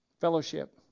Fellowship